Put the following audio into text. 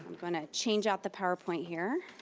gonna change out the powerpoint here.